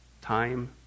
Time